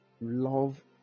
love